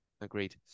Agreed